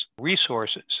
resources